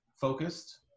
focused